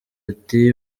ati